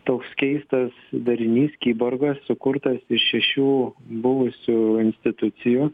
toks keistas darinys kiborgas sukurtas iš šešių buvusių institucijų